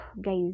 guys